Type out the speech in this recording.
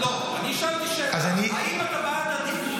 לא, אני שאלתי שאלה: האם אתה בעד עדיפות?